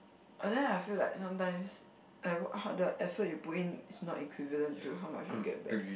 and then I feel like sometimes like the how the effort you put in is not equivalent to how much you get back